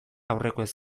aurrekoez